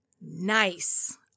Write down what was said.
Nice